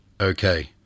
okay